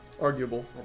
Arguable